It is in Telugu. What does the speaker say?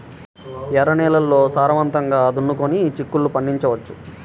ఎర్ర నేలల్లో సారవంతంగా దున్నుకొని చిక్కుళ్ళు పండించవచ్చు